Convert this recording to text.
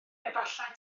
efallai